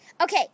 Okay